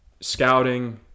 scouting